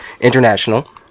International